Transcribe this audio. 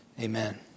Amen